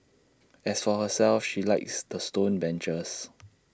as for herself she likes the stone benches